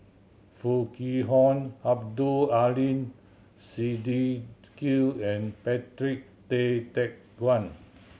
Foo Kwee Horng Abdul Aleem Siddique and Patrick Tay Teck Guan